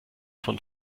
von